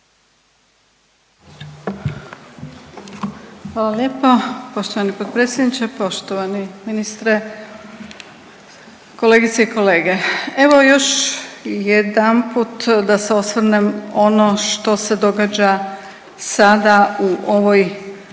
Hvala lijepo poštovani potpredsjedniče, poštovani ministre, kolegice i kolege. Evo još jedanput da se osvrnem na ono što se događa sada u ovoj